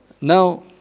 Now